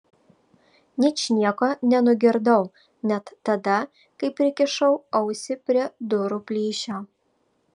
ničnieko nenugirdau net tada kai prikišau ausį prie durų plyšio